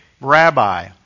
Rabbi